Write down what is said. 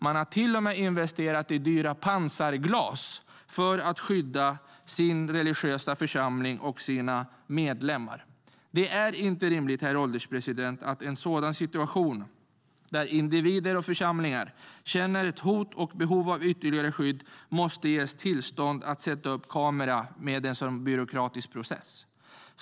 Man har till och med investerat i dyra pansarglas för att skydda sin religiösa församling och sina medlemmar. Herr ålderspresident! Det är inte rimligt att man i en sådan situation där individer och församlingar känner ett hot och ett behov av ytterligare skydd måste ges tillstånd att sätta upp kamera med en så byråkratisk process.